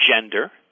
gender